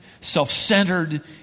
self-centered